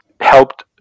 helped